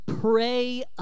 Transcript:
pray